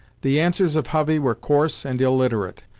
the answers of hovey were coarse and illiterate,